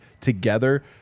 together